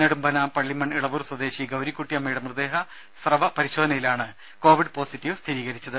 നെടുമ്പന പള്ളിമൺ ഇളവൂർ സ്വദേശി ഗൌരിക്കുട്ടിയമ്മയുടെ മൃതദേഹ സ്രവ കൊവിഡ് പോസിറ്റീവ് സ്ഥിരീകരിച്ചത്